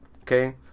Okay